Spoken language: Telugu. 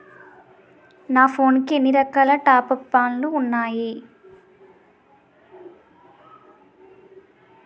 నా ఫోన్ కి ఎన్ని రకాల టాప్ అప్ ప్లాన్లు ఉన్నాయి?